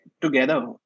together